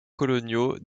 coloniaux